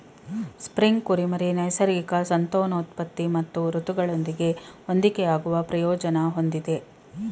spring ಕುರಿಮರಿ ನೈಸರ್ಗಿಕ ಸಂತಾನೋತ್ಪತ್ತಿ ಮತ್ತು ಋತುಗಳೊಂದಿಗೆ ಹೊಂದಿಕೆಯಾಗುವ ಪ್ರಯೋಜನ ಹೊಂದಿದೆ